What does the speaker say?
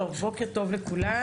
בוקר טוב לכולם,